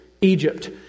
Egypt